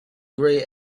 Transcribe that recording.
grey